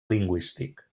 lingüístic